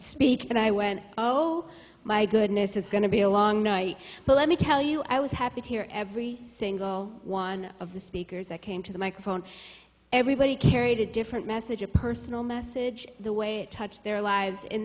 speak and i went oh my goodness is going to be a long night but let me tell you i was happy to hear every single one of the speakers that came to the microphone everybody carried a different message a personal message the way it touched their lives